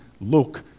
look